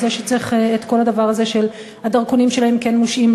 עם זה שצריך את כל הדבר הזה שהדרכונים שלהם כן מושעים,